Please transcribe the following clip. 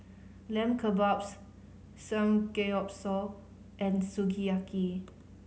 Lamb Kebabs Samgeyopsal and Sukiyaki